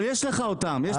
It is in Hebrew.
אבל יש לך אותם.